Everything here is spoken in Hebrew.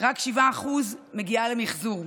רק 7% מגיעים למחזור.